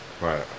Right